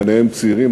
ביניהם צעירים,